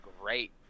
great